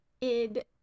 Id